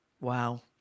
Wow